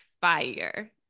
fire